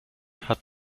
hat